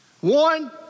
One